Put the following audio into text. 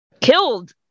killed